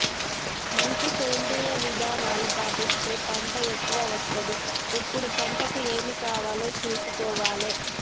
మంచి సేంద్రియ విధానాలు పాటిస్తే పంట ఎక్కవ వస్తది ఎప్పుడు పంటకు ఏమి కావాలో చూసుకోవాలే